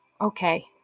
okay